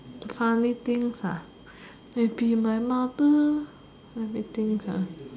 funny things ah maybe my mother let me think ah